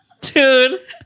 Dude